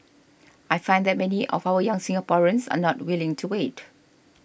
I find that many of our young Singaporeans are not willing to wait